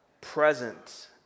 present